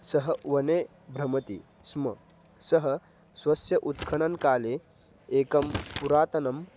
सह वने भ्रमति स्म सः स्वस्य उत्खननं काले एकं पुरातनम्